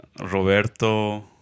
Roberto